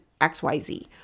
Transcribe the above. XYZ